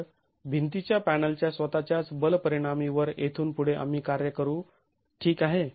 तर भिंतीच्या पॅनलच्या स्वतःच्याच बल परिणामी वर येथून पुढे आम्ही कार्य करू ठीक आहे